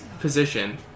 position